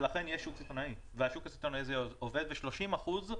לכן יש שוק סיטונאי והשוק הסיטונאי עובד ב-30 אחוזים.